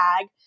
bag